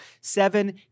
seven